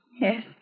Yes